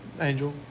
Angel